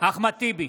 אחמד טיבי,